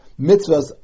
mitzvahs